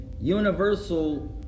Universal